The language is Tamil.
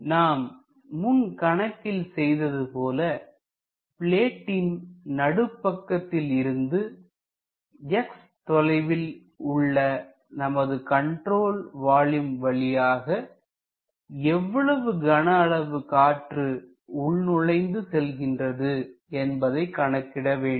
நாம் முன் கணக்கில் செய்தது போல பிளேட்டின் நடுப்பக்கத்தில் இருந்து x தொலைவில் உள்ள நமது கண்ட்ரோல் வால்யூம் வழியாக எவ்வளவு கனஅளவு காற்று உள்நுழைந்து செல்கின்றது என்பதை கணக்கிட வேண்டும்